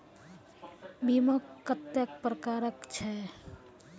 बीमा कत्तेक प्रकारक छै?